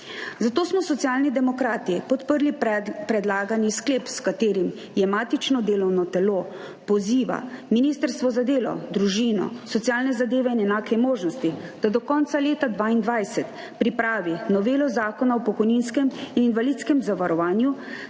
Zato smo Socialni demokrati podprli predlagani sklep, s katerim matično delovno telo poziva Ministrstvo za delo, družino, socialne zadeve in enake možnosti, da do konca leta 2022 pripravi novelo Zakona o pokojninskem in invalidskem zavarovanju,